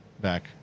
back